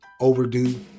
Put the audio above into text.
overdue